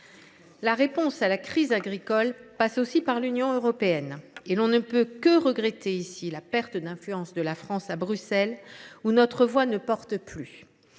La réponse à la crise agricole passe aussi par l’Union européenne, et l’on ne peut que regretter ici la perte d’influence de la France à Bruxelles, où notre voix ne porte plus.